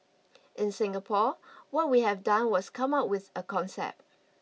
in Singapore what we have done was come up with a concept